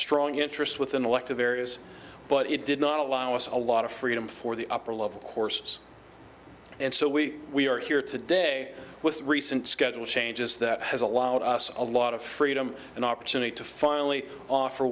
strong interest within elective areas but it did not allow us a lot of freedom for the upper level courses and so we we are here today with recent schedule changes that has allowed us a lot of freedom and opportunity to finally offer